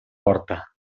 porta